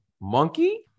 monkey